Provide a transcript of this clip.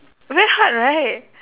very hard right